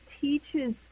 teaches